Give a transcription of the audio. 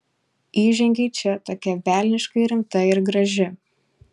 įžengei čia tokia velniškai rimta ir graži